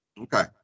okay